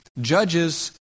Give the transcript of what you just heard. judges